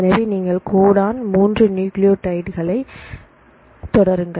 எனவே நீங்கள் கோடான் 3 நியூக்ளியோடைட்களைத் தொடருங்கள்